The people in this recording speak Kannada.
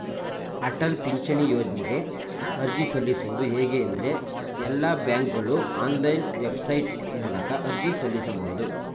ಅಟಲ ಪಿಂಚಣಿ ಯೋಜ್ನಗೆ ಅರ್ಜಿ ಸಲ್ಲಿಸುವುದು ಹೇಗೆ ಎಂದ್ರೇ ಎಲ್ಲಾ ಬ್ಯಾಂಕ್ಗಳು ಆನ್ಲೈನ್ ವೆಬ್ಸೈಟ್ ಮೂಲಕ ಅರ್ಜಿ ಸಲ್ಲಿಸಬಹುದು